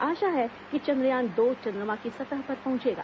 आशा है कि चंद्रयान दो चंद्रमा की सतह पर पहुंचेगा